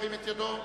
ירים את ידו.